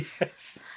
Yes